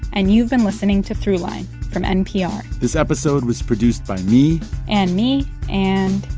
and you've been listening to throughline from npr this episode was produced by me and me and.